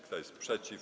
Kto jest przeciw?